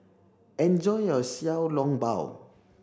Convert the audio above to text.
enjoy your Xiao Long Bao